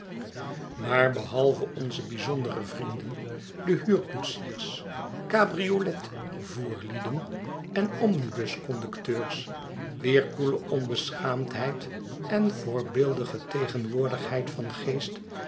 maar behalve onze bijzondere vrienden de huurkoetsiers cabriolet voerlieden en omnibus conducteurs wier koele onbeschaamdheid en voorbeeldige tegenwoordigheid van geest